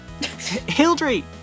Hildry